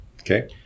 Okay